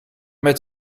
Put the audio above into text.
met